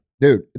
Dude